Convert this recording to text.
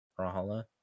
Rahala